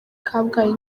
kabgayi